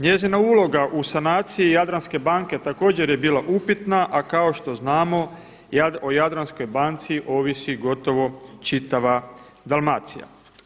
Njezina uloga u sanaciji Jadranske banke također je bila upitna, a kao što znamo o Jadranskoj banci ovisi gotovo čitava Dalmacija.